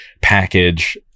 package